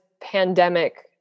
pandemic